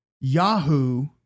Yahoo